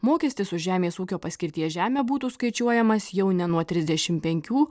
mokestis už žemės ūkio paskirties žemę būtų skaičiuojamas jau ne nuo trisdešimt penkių